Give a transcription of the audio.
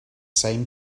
same